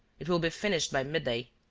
it will be finished by midday.